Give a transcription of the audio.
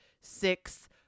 six